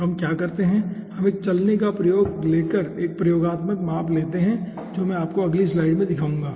तो हम क्या करते हैं हम एक चलनी लेकर एक प्रयोगात्मक माप लेते हैं जो मैं आपको अगली स्लाइड्स में दिखाऊंगा